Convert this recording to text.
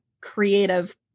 creative